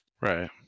right